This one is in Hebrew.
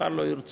מחר לא ירצו,